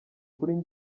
kuri